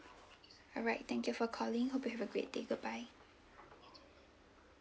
alright thank you for calling hope you have a great day bye bye